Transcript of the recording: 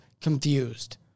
confused